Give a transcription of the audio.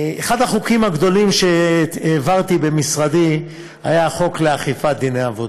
אחד החוקים הגדולים שהעברתי במשרדי היה החוק לאכיפת דיני עבודה.